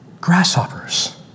grasshoppers